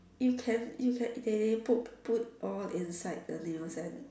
you can you can they they put put all inside the nails and